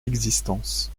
existence